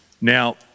Now